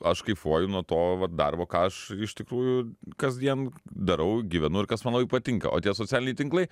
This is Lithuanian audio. aš kaifuoju nuo to darbo ką aš iš tikrųjų kasdien darau gyvenu ir kas man labai patinka o tie socialiniai tinklai